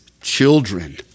children